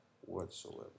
Whatsoever